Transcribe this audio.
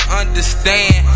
understand